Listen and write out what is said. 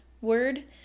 word